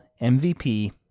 MVP